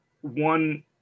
one